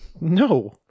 No